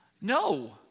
No